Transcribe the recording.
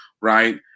right